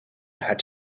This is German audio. hat